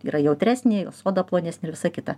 yra jautresnė oda plonesnė ir visa kita